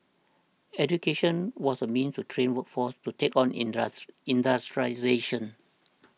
education was a means to train a workforce to take on industral industrialisation